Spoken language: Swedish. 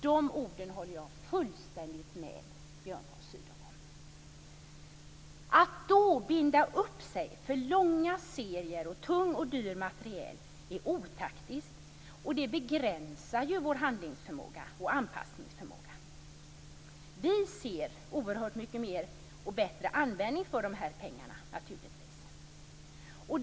De orden håller jag fullständigt med Björn von Att då binda upp sig för långa serier och tung och dyr materiel är otaktiskt. Det begränsar vår handlingsförmåga och anpassningsförmåga. Vi ser oerhört mycket större och bättre användning för dessa pengar, naturligtvis.